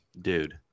Dude